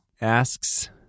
asks